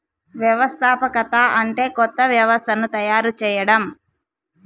వ్యవస్థాపకత అంటే కొత్త వ్యవస్థను తయారు చేయడం